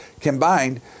combined